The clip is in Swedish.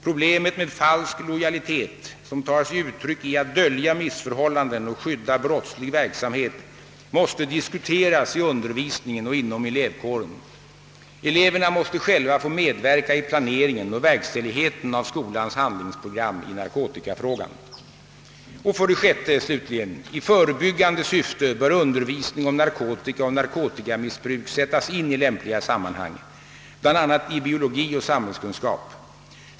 Problemet med falsk lojalitet, som tar sig uttryck i att dölja missförhållanden och skydda brottslig verksamhet, måste diskuteras i undervisningen och inom elevkåren. Eleverna måste själva få medverka i planeringen och verkställigheten av skolans handlingsprogram i narkotikafrågan. 6) I förebyggande syfte bör undervisning om narkotika och narkotikamissbruk sättas in i lämpliga sammanhang, bl.a. i biologi och samhällskunskap.